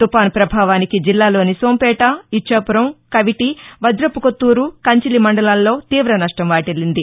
తుఫాన్ ప్రభావానికి జిల్లాలోని సోంపేట ఇచ్చాపురం కవిటి వాజపుకొత్తూరు కంచిలి మండలాల్లో తీవ నష్టం వాటిల్లింది